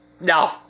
no